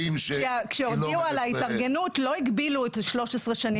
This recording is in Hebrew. כשהודיעו על ההתארגנות לא הגבילו ל-13 שנים.